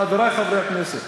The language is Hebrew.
חברי חברי הכנסת,